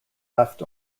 left